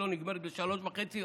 שלא נגמרת בשלוש וחצי,